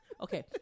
Okay